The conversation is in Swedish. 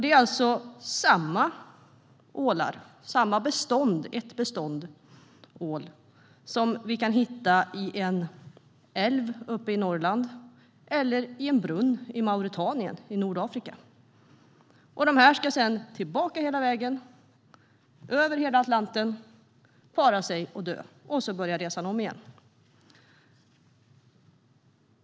Det är alltså samma ålar, samma bestånd, ett enda bestånd ål, som vi kan hitta i en älv i Norrland eller i en brunn i Mauretanien i Nordafrika. Sedan ska de tillbaka hela vägen, över hela Atlanten, för att para sig och dö, och så börjar resan om igen.